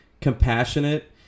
compassionate